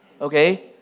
okay